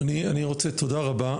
תודה רבה.